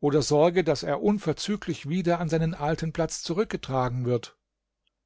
oder sorge daß er unverzüglich wieder an seinen alten platz zurückgetragen wird